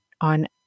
on